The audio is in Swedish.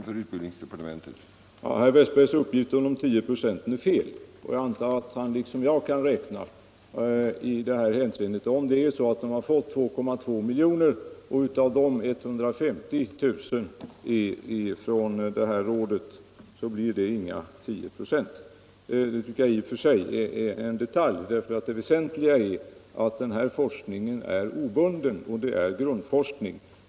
Herr talman! Herr Westbergs uppgift om 10 96 är fel. Jag antar att han liksom jag kan räkna. Om institutet från Maltdrycksforskningsrådet har fått 150 000 kr. av 2,2 milj.kr. så blir det inga 10 96. Men det är i och för sig en detalj. Det väsentliga är att denna forskning är obunden och att den är grundforskning.